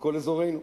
בכל אזורנו.